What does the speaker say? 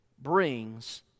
brings